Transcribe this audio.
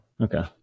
Okay